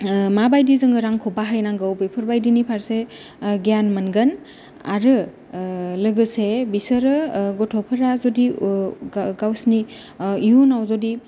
माबायदि जोङो रांखौ बाहायनांगौ बेफोरबादिनि फारसे गियान मोनगोन आरो लोगोसे बिसोरो गथ'फोरा जुदि गावसिनि इयुनाव जुदि